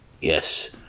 yes